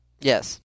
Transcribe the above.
Yes